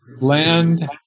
land